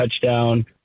touchdown